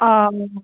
অঁ